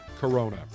Corona